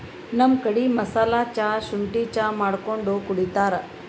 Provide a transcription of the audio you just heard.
ನಮ್ ಕಡಿ ಮಸಾಲಾ ಚಾ, ಶುಂಠಿ ಚಾ ಮಾಡ್ಕೊಂಡ್ ಕುಡಿತಾರ್